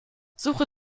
suche